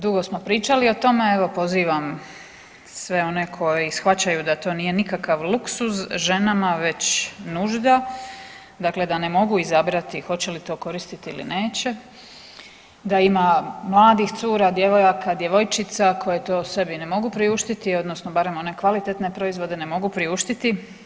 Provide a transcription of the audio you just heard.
Dugo smo pričali o tome, evo pozivam sve one koji shvaćaju da to nije nikakav luksuz ženama već nužda, dakle da ne mogu izabrati hoće li to koristiti ili neće, da ima mladih cura, djevojaka, djevojčica koje to sebi ne mogu priuštiti odnosno barem one kvalitetne proizvode ne mogu priuštiti.